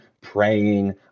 praying